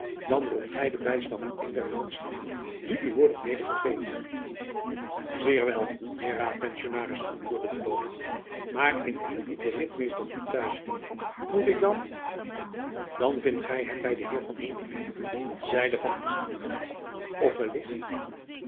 dan roept gy den bystand in der manschappen die u worden medegegeven zeer wel heer raadpensionaris antwoordde de bode maar indien ik den ritmeester niet t'huis vinde moet ik dan dan vindt gy hem by den heer van heenvliet zeide van espenblad of wellicht